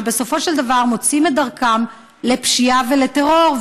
שבסופו של דבר מוצאים את דרכם לפשיעה ולטרור,